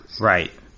Right